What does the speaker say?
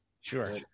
Sure